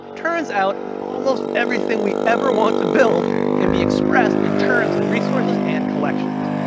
turns out almost everything we ever want to build can be expressed in terms of resources, and collections.